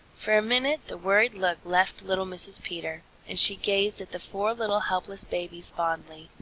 for a minute the worried look left little mrs. peter, and she gazed at the four little helpless babies fondly.